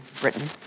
Britain